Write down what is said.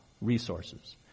resources